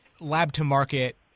lab-to-market